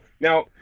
Now